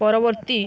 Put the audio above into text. ପରବର୍ତ୍ତୀ